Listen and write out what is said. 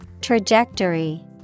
Trajectory